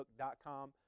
facebook.com